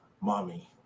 Mommy